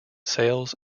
sales